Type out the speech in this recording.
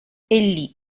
ellis